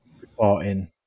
reporting